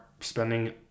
spending